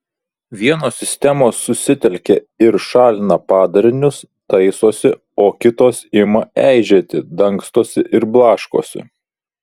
vienos sistemos susitelkia ir šalina padarinius taisosi o kitos ima eižėti dangstosi ir blaškosi